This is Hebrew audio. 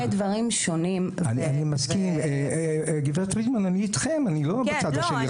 גברת פרידמן, אני איתכם, אני לא בצד השני.